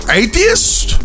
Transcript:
atheist